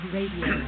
Radio